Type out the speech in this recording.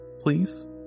please